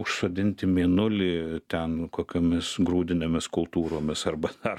užsodinti mėnulį ten kokiomis grūdinėmis kultūromis arba ar